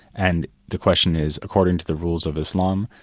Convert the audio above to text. and the question is, according to the rules of islam,